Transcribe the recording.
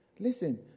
Listen